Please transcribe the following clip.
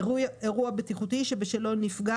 "אירוע בטיחותי חמור" אירוע בטיחותי שבשלו נפגע